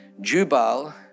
Jubal